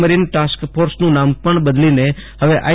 marine task ફોર્સનું નામ પણ બદલીને હવે આઇ